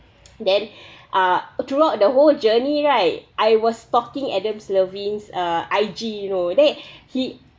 then uh throughout the whole journey right I was stalking adams levine's uh I_G you know then he